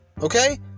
Okay